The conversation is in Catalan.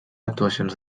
actuacions